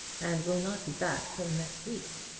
and will not be back till next week.